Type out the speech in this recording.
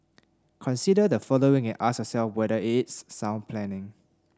consider the following and ask yourself whether it's sound planning